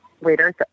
waiters